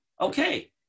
okay